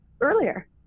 earlier